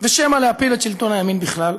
ושמא להפיל את שלטון הימין בכלל.